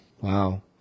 wow